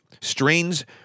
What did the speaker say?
strains